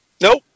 Nope